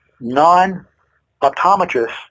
non-optometrists